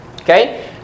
Okay